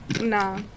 Nah